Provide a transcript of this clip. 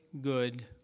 good